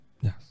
Yes